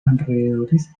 alrededores